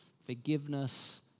forgiveness